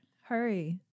Hurry